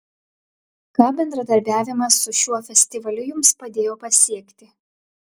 ką bendradarbiavimas su šiuo festivaliu jums padėjo pasiekti